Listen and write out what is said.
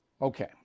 Okay